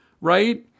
right